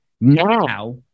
now